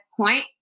point